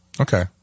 Okay